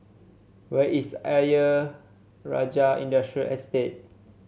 where is Ayer Rajah Industrial Estate